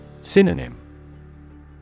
Synonym